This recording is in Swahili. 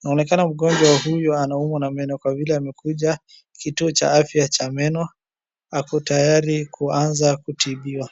Inaonekana mgonjwa huyu anaumwa na meno, kwa vile amekuja kituo cha afya cha meno, ako tayari kuanza kutibiwa.